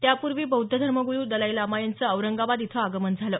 त्यापूर्वी बौद्ध धर्मग्रु दलाई लामा यांचं औरंगाबाद इथं आगमन झालं